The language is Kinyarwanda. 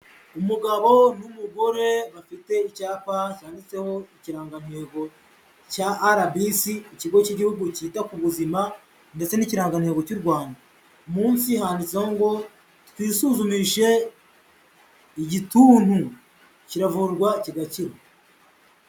Umugabo n'umugore bafite icyapa cyanditseho ikirangantego cya RBC, ikigo cy'igihugu cyita ku buzima ndetse n'ikirangantego cy'u Rwanda, munsi handiseho ngo twisuzumishe igituntu, kiravurwa kigakira.